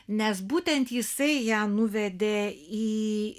nes būtent jisai ją nuvedė į